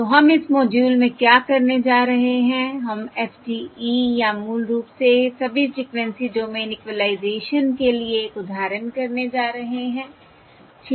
तो हम इस मॉड्यूल में क्या करने जा रहे हैं हम FDE या मूल रूप से सभी फ़्रीक्वेंसी डोमेन इक्विलाइज़ेशन के लिए एक उदाहरण करने जा रहे हैं ठीक है